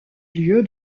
lieu